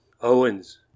Owens